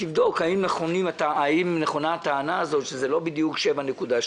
שתבדוק האם נכונה הטענה הזאת שזה לא בדיוק 7.2,